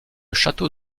château